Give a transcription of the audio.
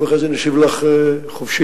זה מעט המכיל את המרובה, חברת הכנסת יחימוביץ.